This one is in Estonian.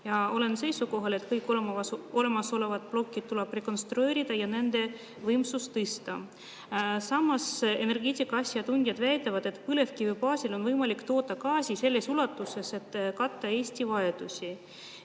Olen seisukohal, et kõik olemasolevad plokid tuleb rekonstrueerida ja nende võimsust tõsta. Samas, energeetika asjatundjad väidavad, et põlevkivi baasil on võimalik toota gaasi selles ulatuses, et katta Eesti vajadusi.